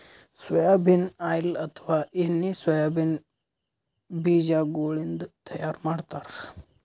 soybean oil ಅಥವಾ ಎಣ್ಣಿ soybean ಬಿಜಾಗೋಳಿನ್ದ ತೈಯಾರ್ ಮಾಡ್ತಾರ್